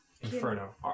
inferno